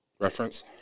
reference